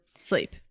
sleep